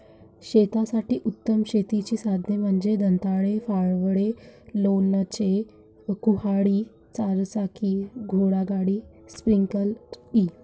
शेतासाठी उत्तम शेतीची साधने म्हणजे दंताळे, फावडे, लोणचे, कुऱ्हाड, चारचाकी घोडागाडी, स्प्रिंकलर इ